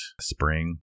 spring